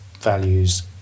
values